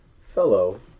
Fellow